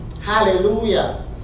hallelujah